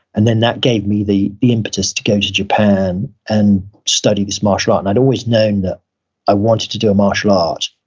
and then that gave me the the impetus to go to japan and study this martial art i'd always known that i wanted to do a martial art.